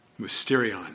mysterion